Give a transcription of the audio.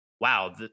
wow